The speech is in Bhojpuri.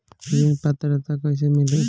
ऋण पात्रता कइसे मिली?